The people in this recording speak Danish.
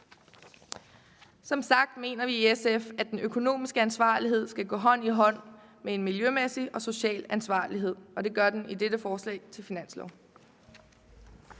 Som sagt mener vi i SF, at den økonomiske ansvarlighed skal gå hånd i hånd med en miljømæssig og social ansvarlighed. Det gør den i dette forslag til finanslov.